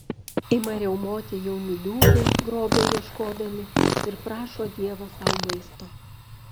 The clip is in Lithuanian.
ima riaumoti jauni liūtai grobio ieškodami ir prašo dievą sau maisto